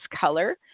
color